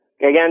Again